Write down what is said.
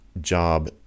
job